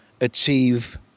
achieve